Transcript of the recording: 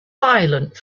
silent